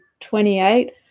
28